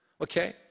Okay